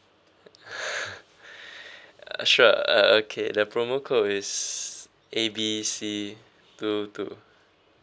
sure uh okay the promo code is A B C two two